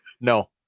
No